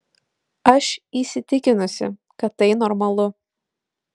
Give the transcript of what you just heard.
aš įsitikinusi kad tai normalu